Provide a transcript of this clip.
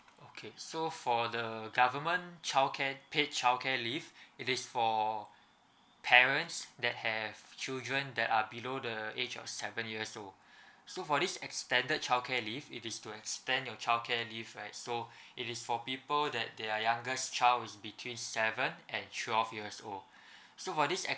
okay so for the government childcare paid childcare leave it is for parents that have children that are below the age of seven years old so for this extended childcare leave it is to extend your childcare leave right so it is for people that their youngest child is between seven and twelve years old so for this act~